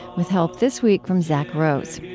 with help this week from zack rose.